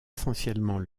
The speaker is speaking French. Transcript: essentiellement